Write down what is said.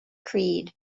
creed